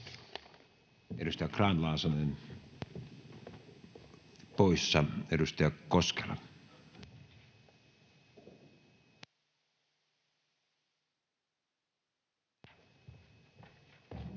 Edustaja Grahn-Laasonen poissa. — Edustaja Koskela.